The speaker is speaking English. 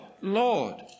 Lord